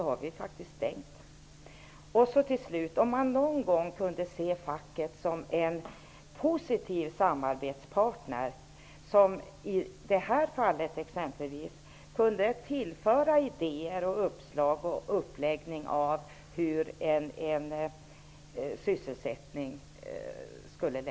Jag tycker att man någon gång borde kunna se facket som en positiv samarbetspartner, som exempelvis i det här fallet kunde tillföra idéer och uppslag om en uppläggning av sysselsättningen.